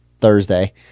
Thursday